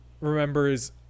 remembers